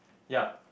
ya